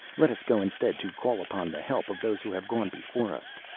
let us go instead to call upon the help of those who have gone before us.